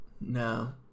No